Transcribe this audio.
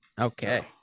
Okay